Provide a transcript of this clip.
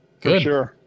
Good